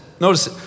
Notice